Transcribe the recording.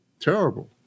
terrible